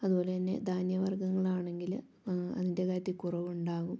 അതുപോലെ തന്നെ ധാന്യ വർഗ്ഗങ്ങളാണെങ്കിൽ അതിൻ്റെ കാര്യത്തിൽ കുറവുണ്ടാകും